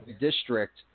district